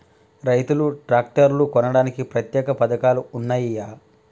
రైతులు ట్రాక్టర్లు కొనడానికి ప్రత్యేక పథకాలు ఉన్నయా?